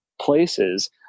places